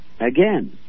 Again